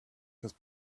his